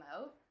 out